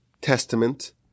testament